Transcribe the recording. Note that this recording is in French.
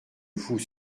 vous